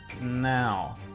now